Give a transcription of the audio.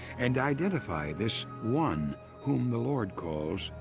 and identify this one whom the lord calls,